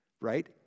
Right